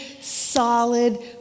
solid